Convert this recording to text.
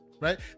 right